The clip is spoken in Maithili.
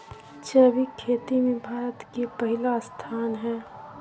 जैविक खेती में भारत के पहिला स्थान हय